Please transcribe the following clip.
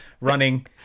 running